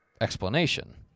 explanation